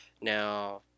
Now